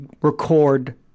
record